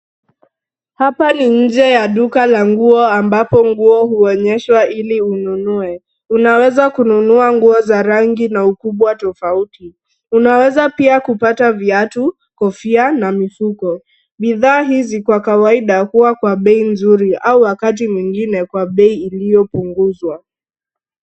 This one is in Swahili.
Hapa ni nje ya duka la nguo ambapo nguo huonyeshwa ili ununue. Unaweza kununua nguo za rangi na ukubwa tofauti. Unaweza pia kupata viatu, kofia na mifuko. Bidhaa hizi kwa kawaida huwa kwa bei nzuri au wakati mwingine kwa bei iliyopunguzwa.